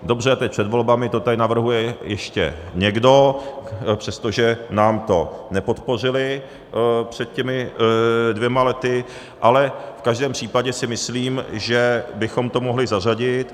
Dobře, teď před volbami to tady navrhuje ještě někdo, přestože nám to nepodpořili před těmi dvěma lety, ale v každém případě si myslím, že bychom to mohli zařadit.